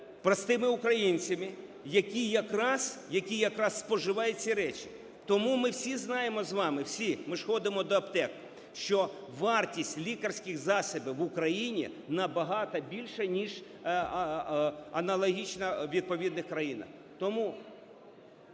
простими українцями, які якраз споживають ці речі. Тому ми всі знаємо з вами, всі, ми ж ходимо до аптек, що вартість лікарських засобів в Україні набагато більша, ніж аналогічна у відповідних країнах.